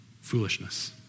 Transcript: foolishness